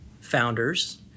founders